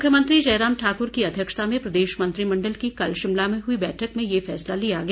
मुख्यमंत्री जयराम ठाक्र की अध्यक्षता में प्रदेश मंत्रिमण्डल की कल शिमला में हुई बैठक में ये फैसला लिया गया